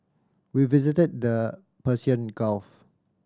we visited the Persian Gulf